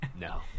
No